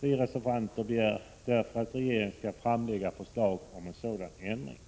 Vi reservanter begär därför att regeringen skall framlägga förslag om en sådan ändring.